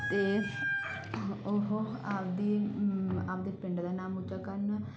ਅਤੇ ਉਹ ਆਪਣੀ ਆਪਣੇ ਪਿੰਡ ਦਾ ਨਾਮ ਉੱਚਾ ਕਰਨ